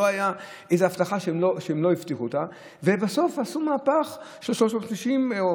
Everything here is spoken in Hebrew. לא הייתה איזו הבטחה שהם לא הבטיחו אותה ובסוף עשו מהפך של 360 מעלות.